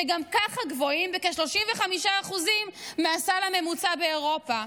שגם ככה גבוהים בכ-35% מהסל הממוצע באירופה.